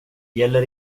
gäller